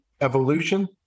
evolution